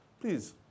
Please